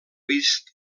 vist